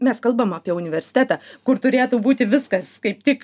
mes kalbam apie universitetą kur turėtų būti viskas kaip tik